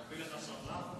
תודה רבה.